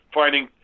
finding